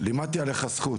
לימדתי עליך זכות.